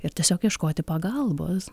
ir tiesiog ieškoti pagalbos